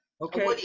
Okay